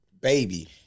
baby